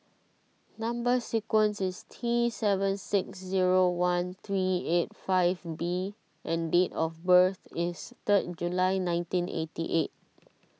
Number Sequence is T seven six zero one three eight five B and date of birth is third July nineteen eighty eight